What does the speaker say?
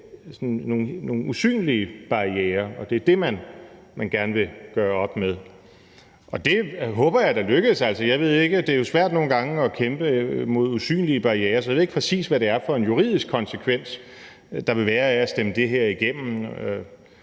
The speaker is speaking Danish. reelle usynlige barrierer, og at det er det, man gerne vil gøre op med, og det håber jeg da lykkes. Det er jo svært nogle gange at kæmpe mod usynlige barrierer, så jeg ved ikke, hvad det præcis er for en juridisk konsekvens, der vil være, af at stemme det her igennem.